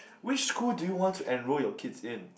which school do you want to enroll your kids in